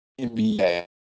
NBA